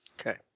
Okay